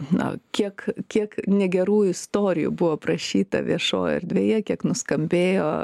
na kiek kiek negerų istorijų buvo aprašyta viešojoj erdvėje kiek nuskambėjo